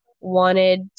wanted